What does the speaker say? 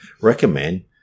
recommend